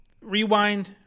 rewind